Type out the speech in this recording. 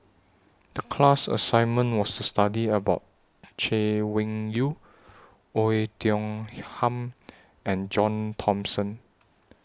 The class assignment was to study about Chay Weng Yew Oei Tiong Ham and John Thomson